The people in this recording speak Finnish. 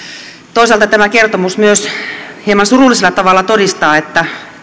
toisaalta tämä kertomus myös hieman surullisella tavalla todistaa että